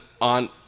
on